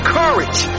courage